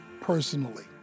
personally